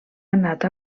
anat